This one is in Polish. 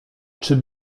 czy